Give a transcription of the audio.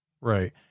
Right